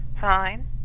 Fine